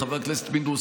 חבר הכנסת פינדרוס,